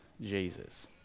Jesus